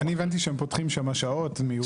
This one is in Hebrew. אני הבנתי שהם פותחים שם שעות מיוחדות.